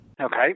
Okay